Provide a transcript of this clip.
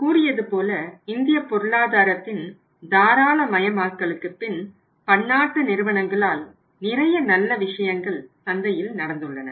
நான் கூறியதுபோல இந்திய பொருளாதாரத்தின் தாராளமயமாக்கலுக்கு பிறகு பன்னாட்டு நிறுவனங்களால் நிறைய நல்ல விஷயங்கள் சந்தையில் நடந்துள்ளன